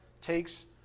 takes